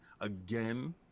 again